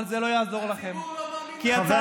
למרות שאתם עובדים קשה מאוד גם מהאופוזיציה בשביל,